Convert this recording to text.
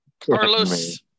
Carlos